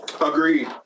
Agreed